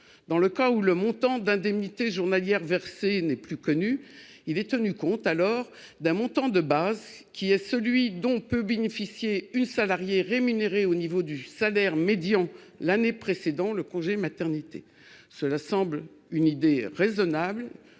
Dans le cas où le montant d'indemnités journalières versées n'est plus connu, il est alors tenu compte d'un montant de base qui est celui dont peut bénéficier une salariée rémunérée au niveau du salaire médian l'année précédant le congé maternité. Cela semble une idée raisonnable,